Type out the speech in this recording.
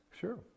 Sure